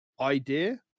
idea